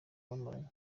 bamaranye